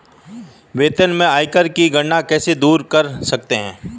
वेतन से आयकर की गणना कैसे दूर कर सकते है?